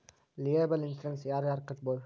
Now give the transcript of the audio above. liable insurance ಯಾರ್ ಯಾರ್ ಕಟ್ಬೊದು